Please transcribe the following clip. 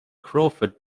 crawford